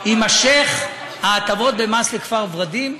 יימשכו ההטבות במס לכפר ורדים,